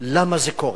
למה זה קורה?